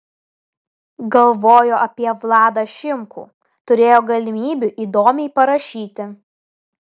galvojo apie vladą šimkų turėjo galimybių įdomiai parašyti